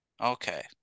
okay